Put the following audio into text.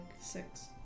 Six